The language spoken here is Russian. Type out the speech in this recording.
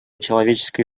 человеческой